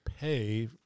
pay